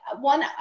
one